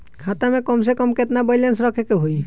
खाता में कम से कम केतना बैलेंस रखे के होईं?